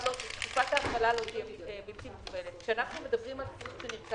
שתקופת ההחלה לא תהיה בלתי מוגבלת כשאנחנו מדברים על ציוד שנרכש